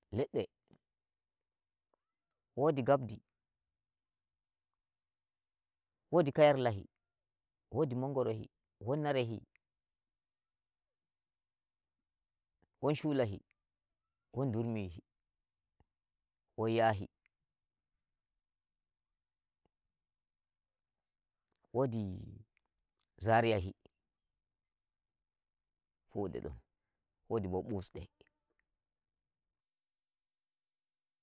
Ledde wodi gabdi, wodi kayarlahi, wodi mongorohi, won narehi, won shulahi, won durmihi, won yahi, wodi zariyahi, wodi?um wodi bo busde.